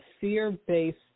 fear-based